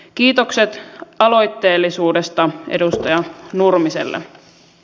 kiitokset aloitteellisuudesta edustaja nurmiselle